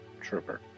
trooper